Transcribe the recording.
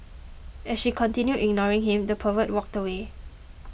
as she continued ignoring him the pervert walked away